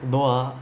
no ah